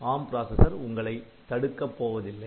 ARM processor உங்களை தடுக்கப் போவதில்லை